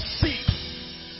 see